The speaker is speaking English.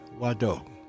Wado